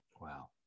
wow